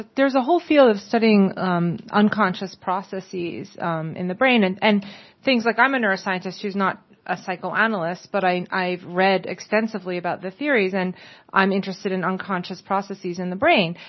there's a whole field of studying um unconscious processes in the brain, and and things, like, i'm a neuroscientist who's not a psychoanalyst, but i've read extensively about the theories, and i'm interested in unconscious processes in the brain.